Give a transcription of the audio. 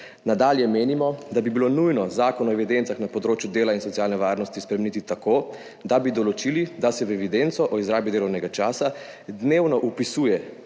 »Nadalje menimo, da bi bilo nujno Zakon o evidencah na področju dela in socialne varnosti spremeniti tako, da bi določili, da se v evidenco o izrabi delovnega časa dnevno vpisuje